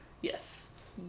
Yes